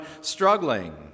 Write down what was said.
struggling